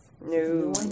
No